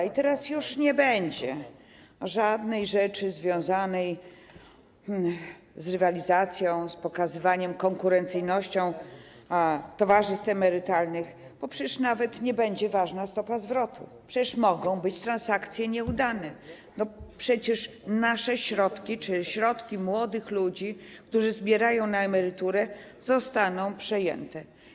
I teraz już nie będzie żadnej rzeczy związanej z rywalizacją, z pokazywaniem, z konkurencyjnością towarzystw emerytalnych, bo przecież nawet nie będzie ważna stopa zwrotu, przecież mogą być transakcje nieudane, przecież nasze środki czy środki młodych ludzi, którzy zbierają na emeryturę, zostaną przejęte.